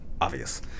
obvious